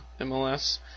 MLS